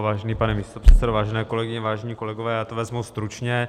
Vážený pane místopředsedo, vážené kolegyně, vážení kolegové, vezmu to stručně.